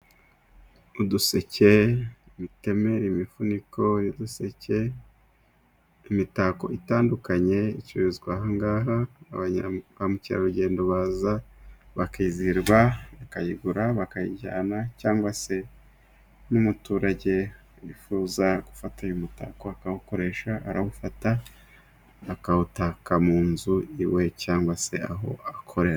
Uduseke, imitemeri, imifuniko y'uduseke, imitako itandukanye icururizwa aha ngaha. Ba mukerarugendo baza bakizihirwa bakayigura bakayijyana, cyangwa se n'umuturage wifuza gufata uyu mutako akawukoresha, arawufata akawutaka mu nzu iwe cyangwa se aho akorera.